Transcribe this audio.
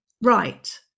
right